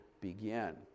begin